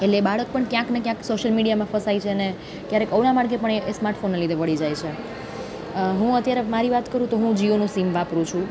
એટલે બાળક પણ ક્યાંક ને ક્યાંક સોશિયલ મીડિયામાં ફસાય છે અને ક્યારેક અવડા માર્ગે પણ એ સ્માર્ટફોનને લીધે મળી જાય છે હું અત્યારે મારી વાત કરું તો હું જીઓનું સીમ વાપરું છું